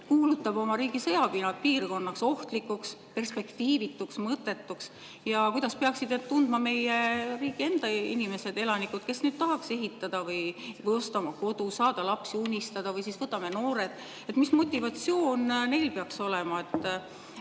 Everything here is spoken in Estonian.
kuulutab oma riigi sõjapiirkonnaks, ohtlikuks, perspektiivituks, mõttetuks? Ja kuidas peaksid end tundma meie riigi enda inimesed, elanikud, kes tahaks ehitada või osta oma kodu, saada lapsi, unistada? Või siis noored – mis motivatsioon neil peaks olema?